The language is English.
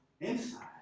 inside